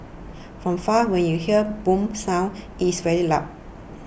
from far when you hear boom sound it's very loud